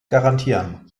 garantieren